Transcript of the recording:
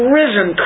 risen